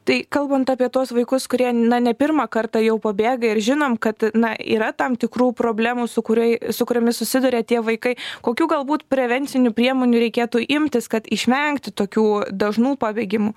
tai kalbant apie tuos vaikus kurie ne pirmą kartą jau pabėga ir žinom kad na yra tam tikrų problemų su kuriai su kuriomis susiduria tie vaikai kokių galbūt prevencinių priemonių reikėtų imtis kad išvengti tokių dažnų pabėgimų